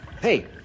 Hey